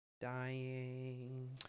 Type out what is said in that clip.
dying